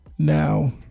Now